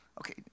Okay